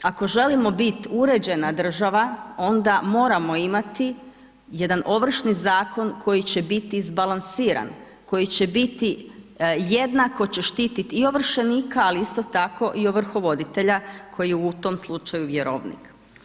Ako želimo biti uređena država onda moramo imati jedan Ovršni zakon koji će biti izbalansiran, koji će biti jednako će štititi i ovršenika ali isto tako i ovrhovoditelja koji je u tom slučaju vjerovnik.